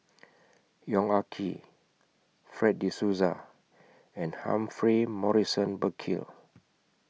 Yong Ah Kee Fred De Souza and Humphrey Morrison Burkill